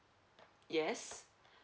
yes